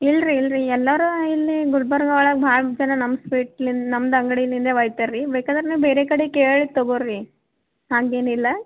ಇಲ್ಲ ರೀ ಇಲ್ಲ ರೀ ಎಲ್ಲಾರೂ ಇಲ್ಲಿ ಗುಲ್ಬರ್ಗ ಒಳಗೆ ಭಾಳ ಜನ ನಮ್ಮ ಸ್ವೀಟ್ಲಿನ್ ನಮ್ಮ್ ಅಂಗ್ಡಿಲಿಂದ ಒಯ್ತಾರೆ ರೀ ಬೇಕಾದರೆ ನೀವು ಬೇರೆ ಕಡೆ ಕೇಳಿ ತಗೊಳಿ ಹಂಗೇನು ಇಲ್ಲ